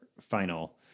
final